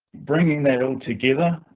bringing that altogether,